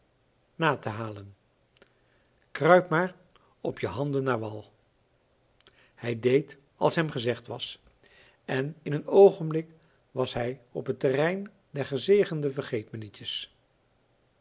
na te halen kruip maar op je handen naar wal hij deed als hem gezegd was en in een oogenblik was hij op het terrein der gezegende